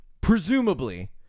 presumably